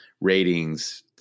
ratings